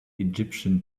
egyptian